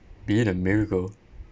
be the miracle